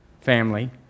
family